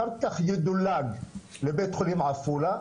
אחר כך ידולג לבית חולים עפולה,